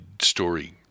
story